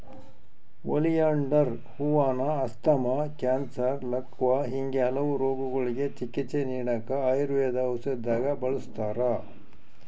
oleander ಹೂವಾನ asthma, cancer, ಲಕ್ವಾ ಹಿಂಗೆ ಕೆಲವು ರೋಗಗುಳ್ಗೆ ಚಿಕಿತ್ಸೆ ನೀಡಾಕ ಆಯುರ್ವೇದ ಔಷದ್ದಾಗ ಬಳುಸ್ತಾರ